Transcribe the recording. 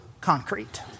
concrete